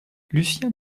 lucien